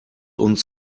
uns